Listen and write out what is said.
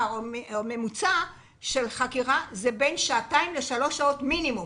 בממוצע חקירה אורכת בין שעתיים לשלוש שעות מינימום.